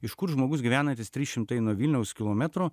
iš kur žmogus gyvenantis trys šimtai nuo vilniaus kilometrų